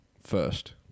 first